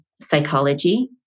psychology